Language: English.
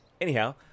Anyhow